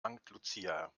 lucia